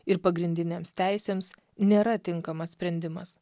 ir pagrindinėms teisėms nėra tinkamas sprendimas